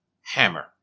hammer